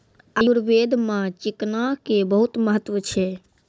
आयुर्वेद मॅ चिकना के बहुत महत्व छै